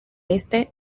este